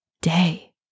day